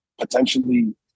potentially